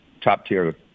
top-tier